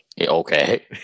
Okay